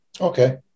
Okay